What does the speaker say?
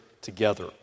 together